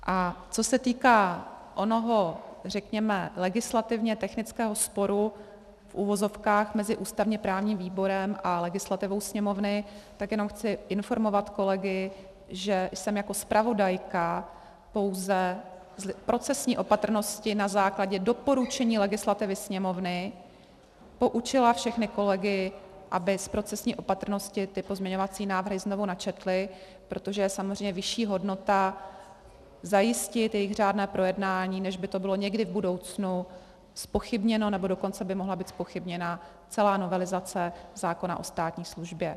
A co se týká onoho řekněme legislativně technického sporu v uvozovkách mezi ústavněprávním výborem a legislativou Sněmovny, tak jenom chci informovat kolegy, že jsem jako zpravodajka pouze z procesní opatrnosti na základě doporučení legislativy Sněmovny poučila všechny kolegy, aby z procesní opatrnosti ty pozměňovací návrhy znovu načetli, protože je samozřejmě vyšší hodnota zajistit jejich řádné projednání, než aby to bylo někdy v budoucnu zpochybněno, nebo dokonce by mohla být zpochybněna celá novelizace zákona o státní službě.